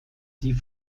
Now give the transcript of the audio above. die